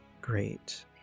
great